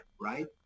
right